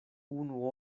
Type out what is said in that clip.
unu